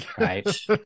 right